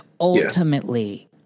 ultimately